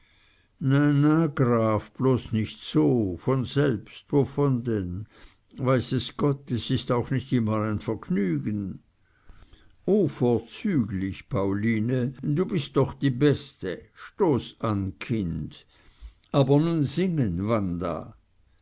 graf bloß nich so von selbst wovon denn weiß es gott es is auch nich immer n vergnügen o vorzüglich pauline du bist doch die beste stoß an kind aber nun singen wanda